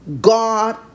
God